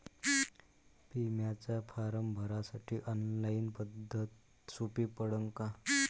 बिम्याचा फारम भरासाठी ऑनलाईन पद्धत सोपी पडन का?